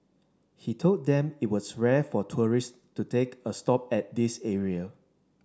he told them it was rare for tourists to take a stop at this area